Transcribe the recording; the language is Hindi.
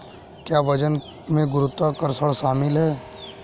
क्या वजन में गुरुत्वाकर्षण शामिल है?